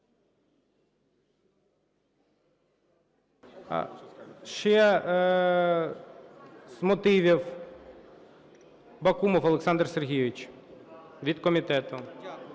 Ще з мотивів Бакумов Олександр Сергійович від комітету.